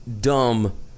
dumb